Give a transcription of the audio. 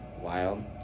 wild